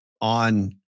on